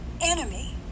enemy